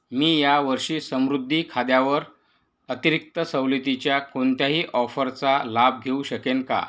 मी या वर्षी समृद्धी खाद्यावर अतिरिक्त सवलतीच्या कोणत्याही ऑफरचा लाभ घेऊ शकेन का